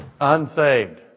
Unsaved